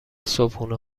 صبحونه